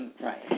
Right